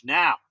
now